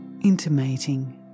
intimating